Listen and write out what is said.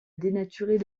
dénaturer